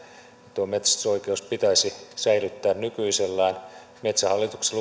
tuo metsästysoikeus pitäisi säilyttää nykyisellään metsähallituksen